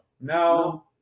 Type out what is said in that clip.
no